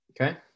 Okay